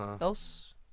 else